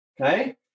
Okay